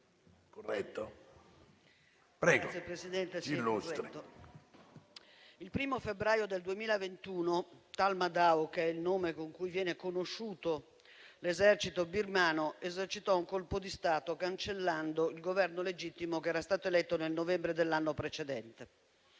il 1° febbraio del 2021 Tatmadaw, che è il nome con cui viene conosciuto l'esercito birmano, attuò un colpo di Stato, cancellando il Governo legittimo che era stato eletto nel novembre dell'anno precedente.